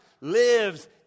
lives